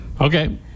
Okay